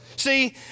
See